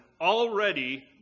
already